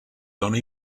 dóna